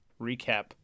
recap